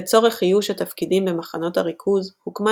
לצורך איוש התפקידים במחנות הריכוז הוקמה